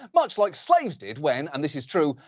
much like slaves did when, and this is true,